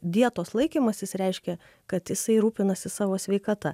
dietos laikymasis reiškia kad jisai rūpinasi savo sveikata